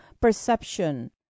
perception